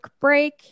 break